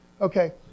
Okay